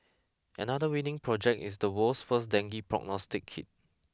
another winning project is the world's first dengue prognostic kit